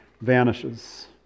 vanishes